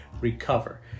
recover